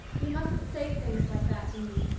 you mustn't say things like that to me,